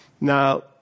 Now